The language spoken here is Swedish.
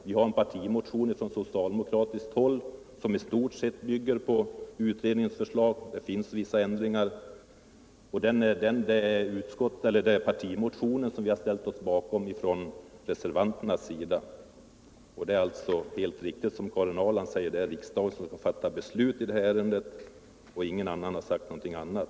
Vi har från socialdemokratiskt håll väckt en partimotion som med undantag för vissa ändringar i stort sett bygger på utredningens förslag, och det är den motionen reservanterna har ställt sig bakom. Sedan är det, som Karin Ahrland så riktigt säger, riksdagen som skall fatta beslut i det här ärendet. och ingen har påstått någonting annat.